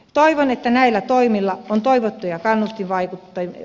toivon että näillä toimilla on toivottuja kannustinvaikutteita